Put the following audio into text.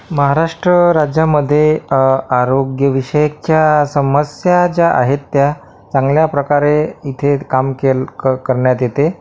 महाराष्ट्र राज्यामध्ये अ आरोग्य विषयकच्या समस्या ज्या आहेत त्या चांगल्या प्रकारे इथे काम केल कर करण्यात येते